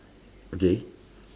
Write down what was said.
okay